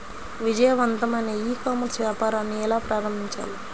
విజయవంతమైన e commerce వ్యాపారాన్ని ఎలా ప్రారంభించాలి?